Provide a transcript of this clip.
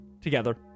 together